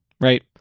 right